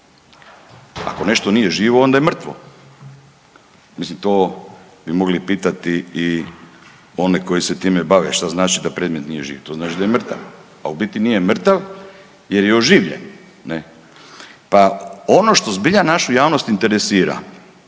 ako nešto nije živo onda je mrtvo. Mislim to bi mogli pitati i one koji se time bave što znači da predmet nije živ. To znači da je mrtav. A u biti nije mrtav jer je oživljen ne, pa ono što zbilja našu javnost interesira